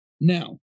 Now